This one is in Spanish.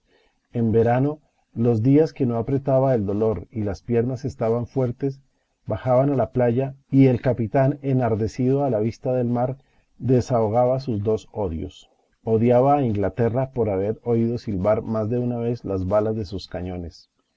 en verano los días que no apretaba el dolor y las piernas estaban fuertes bajaban a la playa y el capitán enardecido a la vista del mar desahogaba sus dos odios odiaba a inglaterra por haber oído silbar más de una vez las balas de sus cañones